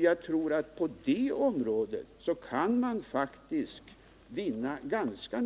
Jag tror faktiskt att man på det sättet kan vinna ganska